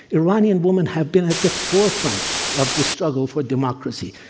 iranian women have been at the forefront of the struggle for democracy.